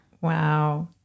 Wow